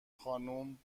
خانم